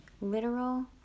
literal